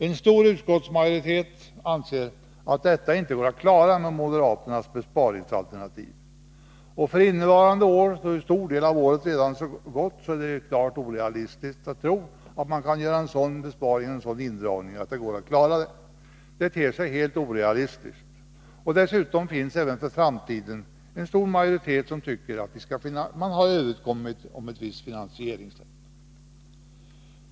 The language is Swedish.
En stor utskottsmajoritet anser att detta inte går att klara med moderaternas besparingsalternativ. Av innevarande år är ju dessutom en stor del gånget och att nu klara indragningen av offentliga utgifter för skattesänkningar som har varit i kraft hela året ter sig helt orealistiskt. Dessutom finns även för framtiden en stor majoritet, som tycker att man har kommit överens om ett visst finansieringssätt.